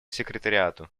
секретариату